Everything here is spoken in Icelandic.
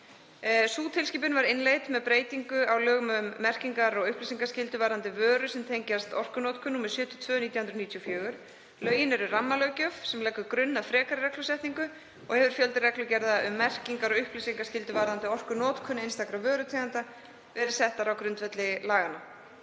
Sú tilskipun var innleidd með breytingu á lögum um merkingar og upplýsingaskyldu varðandi vörur sem tengjast orkunotkun, nr. 72/1994. Lögin eru rammalöggjöf sem leggur grunn að frekari reglusetningu og hefur fjöldi reglugerða um merkingar og upplýsingaskyldu varðandi orkunotkun einstakra vörutegunda verið settur á grundvelli laganna.